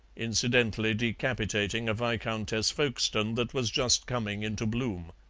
incidentally decapitating a viscountess folkestone that was just coming into bloom.